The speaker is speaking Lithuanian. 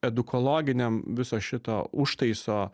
edukologinėm viso šito užtaiso